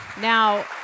Now